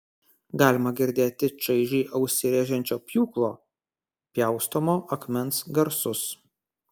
galima girdėti čaižiai ausį rėžiančio pjūklo pjaustomo akmens garsus